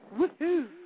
Woohoo